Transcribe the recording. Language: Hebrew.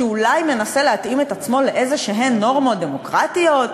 שאולי מנסה להתאים את עצמו לנורמות דמוקרטיות,